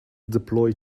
deploy